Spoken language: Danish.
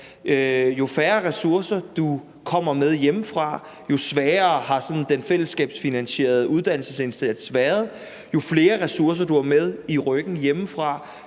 jo færre ressourcer du kommer med hjemmefra, jo sværere har sådan den fællesskabsfinansierede uddannelsesindsats været, og jo flere ressourcer du har med i ryggen hjemmefra,